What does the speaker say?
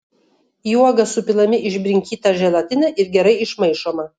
į uogas supilami išbrinkyta želatina ir gerai išmaišoma